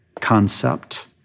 concept